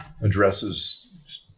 addresses